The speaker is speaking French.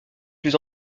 plus